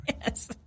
Yes